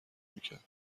میکرد